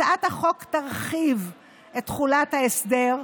הצעת החוק תרחיב את תחולת ההסדר,